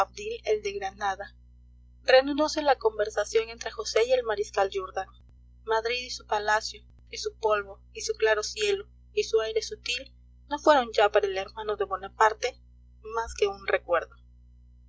el de granada reanudose la conversación entre josé y el mariscal jourdan madrid y su palacio y su polvo y su claro cielo y su aire sutil no fueron ya para el hermano de bonaparte más que un recuerdo